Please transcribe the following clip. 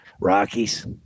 Rockies